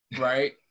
right